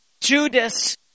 Judas